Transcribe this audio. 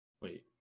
Wait